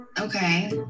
Okay